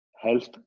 health